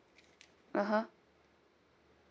(uh huh)